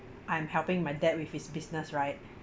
I'm helping my dad with his business right